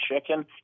chicken